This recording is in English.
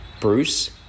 bruce